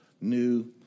new